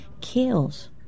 kills